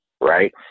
right